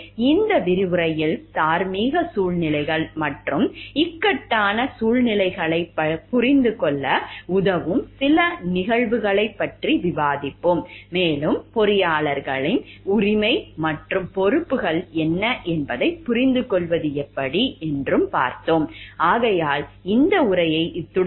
இந்த விரிவுரையில் தார்மீக சூழ்நிலைகள் மற்றும் இக்கட்டான சூழ்நிலைகளைப் புரிந்து கொள்ள உதவும் சில நிகழ்வுகளைப் பற்றி விவாதிப்போம் மேலும் பொறியாளர்களின் உரிமைகள் மற்றும் பொறுப்புகள் என்ன என்பதைப் புரிந்துகொள்வது எப்படி